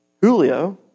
Julio